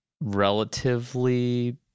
relatively